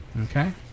Okay